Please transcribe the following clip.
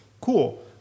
Cool